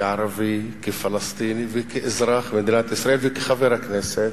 כערבי, כפלסטיני, כאזרח מדינת ישראל וכחבר הכנסת,